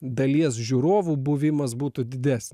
dalies žiūrovų buvimas būtų dides